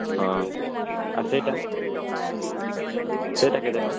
ହଁ ଆଉ ସେଇଟା ସେଇଟା କେତେ ଟଙ୍କା